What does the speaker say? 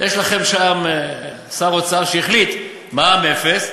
יש לכם שם שר אוצר שהחליט על מע"מ אפס,